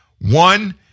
One